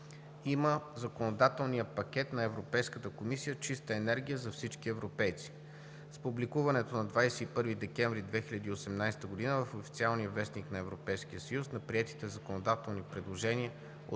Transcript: има законодателният пакет на Европейската комисия „Чиста енергия за всички европейци“. С публикуването на 21 декември 2018 г. в Официалния вестник на Европейския съюз на приетите законодателни предложения от първия